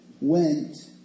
went